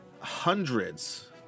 Hundreds